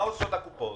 מה עושות הקופות?